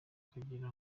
kugira